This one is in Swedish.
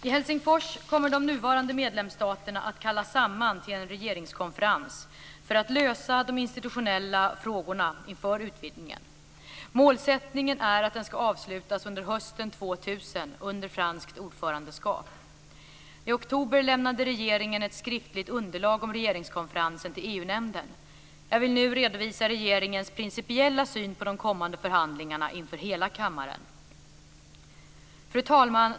I Helsingfors kommer de nuvarande medlemsstaterna att kallas samman till en regeringskonferens för att lösa de institutionella frågorna inför utvidgningen. Målsättningen är att den ska avslutas under hösten I oktober lämnade regeringen ett skriftligt underlag om regeringskonferensen till EU-nämnden. Jag vill nu redovisa regeringens principiella syn på de kommande förhandlingarna inför hela kammaren. Fru talman!